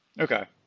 Okay